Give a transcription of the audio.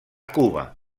cuba